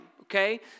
Okay